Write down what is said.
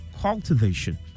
cultivation